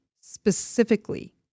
specifically